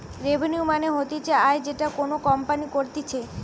revenue মানে হতিছে আয় যেটা কোনো কোম্পানি করতিছে